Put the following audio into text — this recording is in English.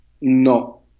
No